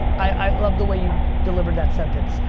i love the way you delivered that sentence.